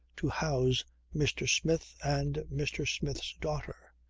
to house mr. smith and mr. smith's daughter.